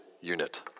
unit